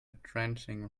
drenching